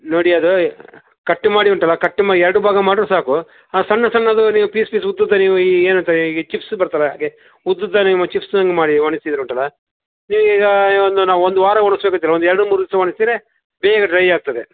ನೋಡಿ ಅದು ಕಟ್ ಮಾಡಿ ಉಂಟಲ್ಲ ಕಟ್ ಮಾ ಎರಡು ಭಾಗ ಮಾಡಿರು ಸಾಕು ಆ ಸಣ್ಣ ಸಣ್ಣದು ನೀವು ಪೀಸ್ ಪೀಸ್ ಉದ್ದುದ್ದ ನೀವು ಈ ಏನಂತಾರೆ ಈಗ ಚಿಪ್ಸ್ ಬರತಲ್ಲ ಹಾಗೆ ಉದ್ದುದ್ದ ನೀವು ಚಿಪ್ಸ್ನಂಗೆ ಮಾಡಿ ಒಣಸಿದ್ರೆ ಉಂಟಲ್ಲ ನೀವು ಈಗ ಏನು ಒಂದು ನಾವು ಒಂದು ವಾರ ಒಣ್ಸುದು ಬೇಕಿಲ್ಲ ಒಂದು ಎರಡು ಮೂರು ದಿವಸ ಒಣಸಿರೆ ಬೇಗ ಡ್ರೈ ಆಗ್ತದೆ